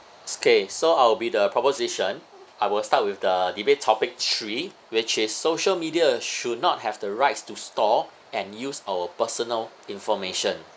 okay so I will be the proposition I will start with the debate topic three which is social media should not have the rights to store and use our personal information